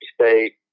State